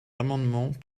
amendements